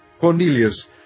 Cornelius